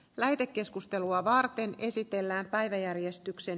lähetekeskustelua varten esitellään päiväjärjestyksen